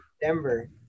denver